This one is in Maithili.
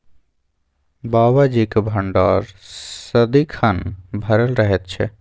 बाबाजीक भंडार सदिखन भरल रहैत छै